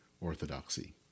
orthodoxy